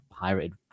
pirated